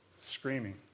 screaming